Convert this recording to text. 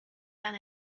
down